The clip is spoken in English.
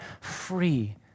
free